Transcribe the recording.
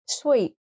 Sweet